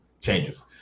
changes